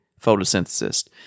Photosynthesis